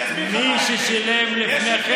מי ששילם לפני כן.